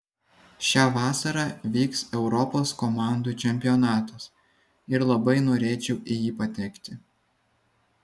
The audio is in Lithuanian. šią vasarą vyks europos komandų čempionatas ir labai norėčiau į jį patekti